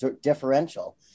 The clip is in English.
differential